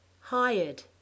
Hired